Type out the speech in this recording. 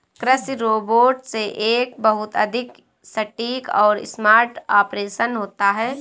कृषि रोबोट से एक बहुत अधिक सटीक और स्मार्ट ऑपरेशन होता है